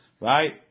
right